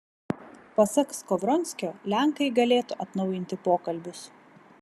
pasak skovronskio lenkai galėtų atnaujinti pokalbius